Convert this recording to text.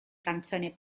canzoni